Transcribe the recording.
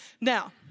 Now